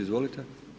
Izvolite.